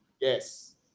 Yes